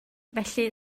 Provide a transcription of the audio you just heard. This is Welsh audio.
felly